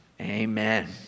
Amen